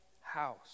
house